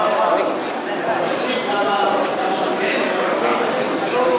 ההצעה להעביר את הצעת חוק התקשורת